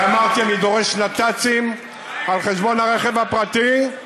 ואמרתי שאני דורש נת"צים על-חשבון הרכב הפרטי.